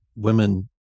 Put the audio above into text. women